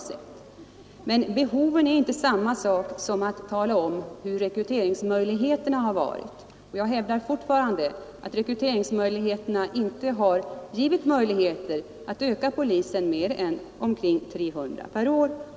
Men att ange behoven är inte detsamma som att tala I juni 1973 om hurudana rekryteringsmöjligheterna har varit. Och jag hävdar - fortfarande att rekryteringen inte har givit möjlighet att öka antalet Åtgärder mot polistjänster med mera än ca 300 per år.